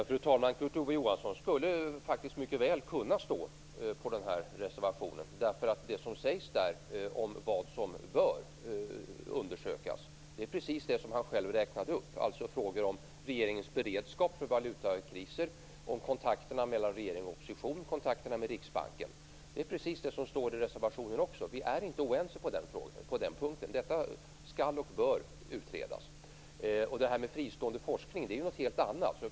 Fru talman! Kurt Ove Johansson skulle faktiskt mycket väl kunna stå bakom den här reservationen. Det som sägs där om vad som bör undersökas är precis det som han själv räknade upp, alltså frågor om regeringens beredskap för valutakriser, kontakterna mellan regering och opposition och kontakterna med Riksbanken. Det är precis det som står i reservationen. Vi är inte oense på den punkten. Detta bör och skall utredas. Frågan om fristående forskning är något helt annat.